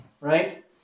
right